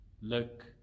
look